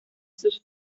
sus